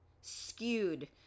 skewed